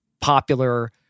popular